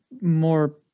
more